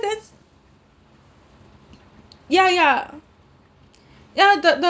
ya ya ya the the